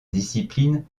discipline